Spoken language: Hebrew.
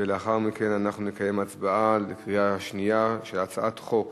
ולאחר מכן אנחנו נקיים הצבעה בקריאה שנייה על הצעת חוק